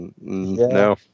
No